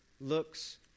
looks